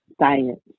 science